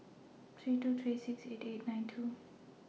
three two three six eight eight nine two